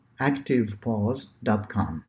activepause.com